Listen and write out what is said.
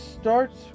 starts